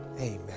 Amen